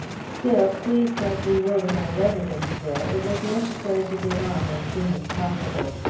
still, pleased as we were with our residence there, it was necessary to get on as soon as possible.